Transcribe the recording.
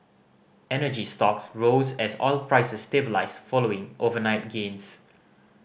energy stocks rose as oil prices stabilised following overnight gains